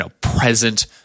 present